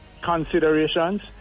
considerations